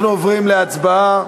אנחנו עוברים להצבעה.